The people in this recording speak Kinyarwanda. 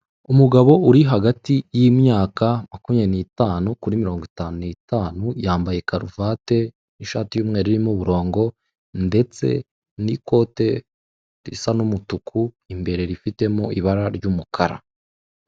Umugabo uri hagati y'imyaka makumya n'itanu kuri mirongo itanu n'itanu yambaye karuvati n'ishati y'umweru irimo uburongo ndetse n'ikote risa n'umutuku imbere rifitemo ibara ry'umukara.